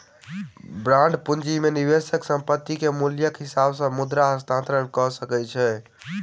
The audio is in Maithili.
बांड पूंजी में निवेशक संपत्ति के मूल्यक हिसाब से मुद्रा हस्तांतरण कअ सकै छै